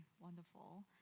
wonderful